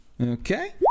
Okay